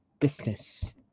business